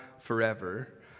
forever